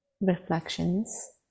reflections